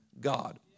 God